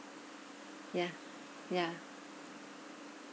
yeah yeah